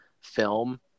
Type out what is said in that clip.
film